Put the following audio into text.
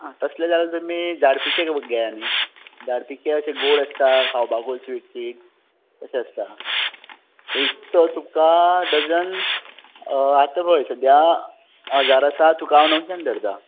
तसले जाल्या तुमी झाडपिके घेया न्हय झाडपिके अशे गोड आसता खावपाकूय स्वीट स्वीट तशे आसता एक तो तुका डझन आतां पळय सद्द्या हजार आसा तुका हांव णवशान धरता